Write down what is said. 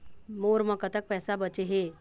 मोर म कतक पैसा बचे हे?